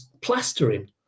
plastering